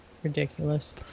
ridiculous